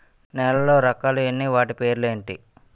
నేలలో రకాలు ఎన్ని వాటి పేర్లు ఏంటి?